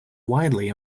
widely